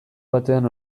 batean